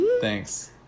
Thanks